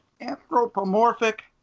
anthropomorphic